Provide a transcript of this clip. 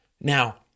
Now